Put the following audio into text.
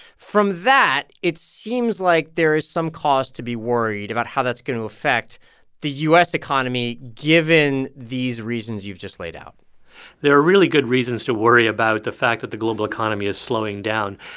from that, it seems like there is some cause to be worried about how that's going to affect the u s. economy given these reasons you've just laid out there are really good reasons to worry about the fact that the global economy is slowing down.